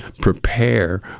prepare